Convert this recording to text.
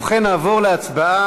ובכן, נעבור להצבעה